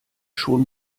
schon